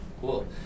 Cool